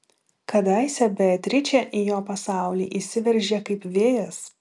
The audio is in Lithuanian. kadaise beatričė į jo pasaulį įsiveržė kaip vėjas